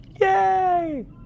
Yay